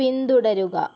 പിന്തുടരുക